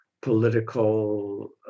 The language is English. political